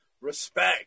respect